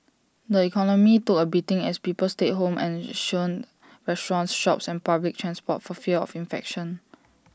the economy took A beating as people stayed home and shunned restaurants shops and public transport for fear of infection